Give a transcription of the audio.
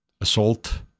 assault